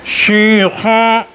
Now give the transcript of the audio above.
سیخوں